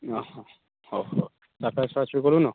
ହଁ ହଁ ହଉ ହଉ ତାର୍ ପାଖେ ଶୁଆ ଶୁଇ କଲୁନ